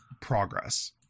progress